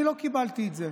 אני לא קיבלתי את זה,